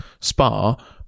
Spa